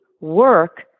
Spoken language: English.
work